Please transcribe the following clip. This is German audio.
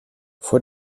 vor